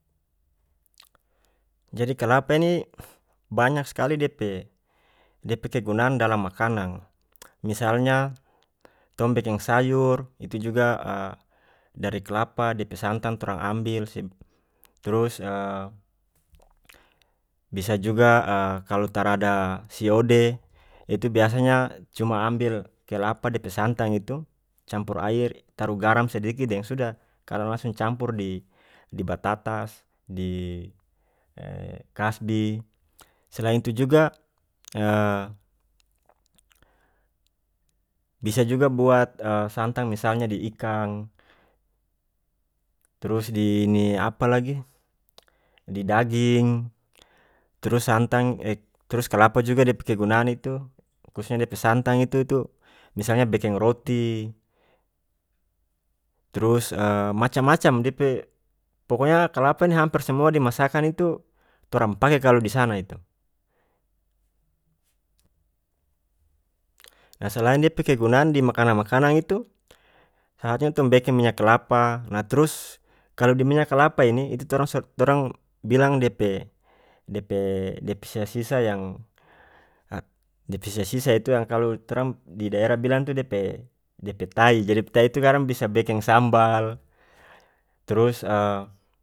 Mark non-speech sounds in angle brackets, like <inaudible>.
Jadi kalapa ini banya skali dia pe dia pe kegunaan dalam makanang misalnya tong bekeng sayor itu juga <hesitation> dari kelapa dia pe santang torang ambil <unintelligible> turus <hesitation> bisa juga <hesitation> kalu tarada siode itu biasanya cuma ambil kelapa dia pe santang itu campur air taruh garam sadiki deng sudah kalu langsung campur di-di batatas di <hesitation> kasbi selain itu juga <hesitation> bisa juga buat <hesitation> santang misalnya di ikang turus di ini apa lagi di daging turus santang <hesitation> turus kalapa juga dia pe kegunaan itu khususnya dia pe santang itu tu misalnya bekeng roti turus <hesitation> macam macam dia pe pokonya kelapa ini hampir semua di masakan itu torang pake kalu di sana itu nah selain dia pe kegunaan di makanang makanang itu <unintelligible> tong bekeng minya kelapa nah trus kalu di minya kelapa ini itu torang <unintelligible> torang bilang dia pe dia pe dia pe sisa sisa yang <unintelligible> dia pe sisa sisa itu kalu torang di daerah bilang itu dia pe dia pe tai jadi dia pe tai itu kadang bisa bekeng sambal trus. <hesitation>